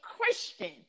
Christian